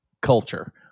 culture